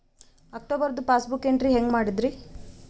ಅಕ್ಟೋಬರ್ದು passbook entry ಹೆಂಗ್ ಮಾಡದ್ರಿ?